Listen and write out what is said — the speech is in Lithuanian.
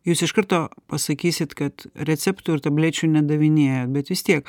jūs iš karto pasakysit kad receptų ir tablečių nedavinėja bet vis tiek